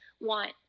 want